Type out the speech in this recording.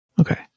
Okay